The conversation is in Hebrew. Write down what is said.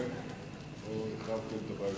אכן לא החרבתם את הבית